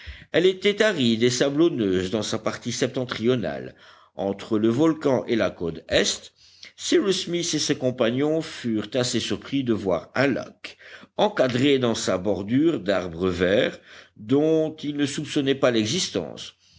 elle était aride et sablonneuse dans sa partie septentrionale entre le volcan et la côte est cyrus smith et ses compagnons furent assez surpris de voir un lac encadré dans sa bordure d'arbres verts dont ils ne soupçonnaient pas l'existence